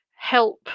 help